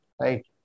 right